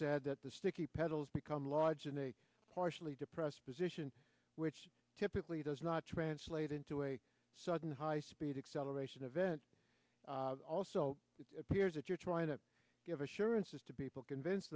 that the sticky pedals become large in a partially depressed position which typically does not translate into a sudden high speed acceleration event also it appears that you're trying to give assurances to people convince